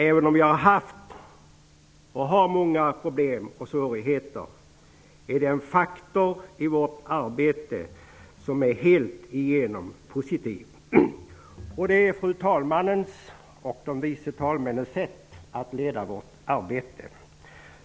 Även om jag har haft, och har, många problem och svårigheter, är det en faktor i vårt arbete som är helt igenom positiv. Det är fru talmannens och de vice talmännens sätt att leda vårt arbete.